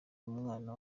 umwana